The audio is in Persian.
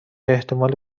احتمالی